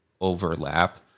overlap